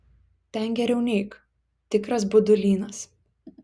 ten geriau neik tikras budulynas